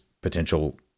potential